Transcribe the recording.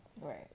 right